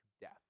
death